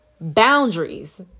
Boundaries